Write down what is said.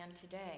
today